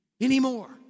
anymore